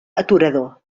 aturador